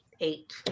eight